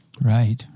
Right